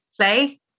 play